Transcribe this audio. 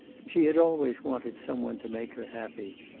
she had always wanted some one to make her happy.